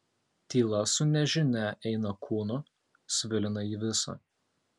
tyla su nežinia eina kūnu svilina jį visą